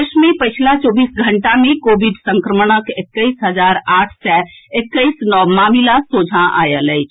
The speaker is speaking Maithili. देश मे पछिला चौबीस घंटा मे कोविड संक्रमणक एक्कैस हजार आठ सय एक्कैस नव मामिला सोझा आएल अछि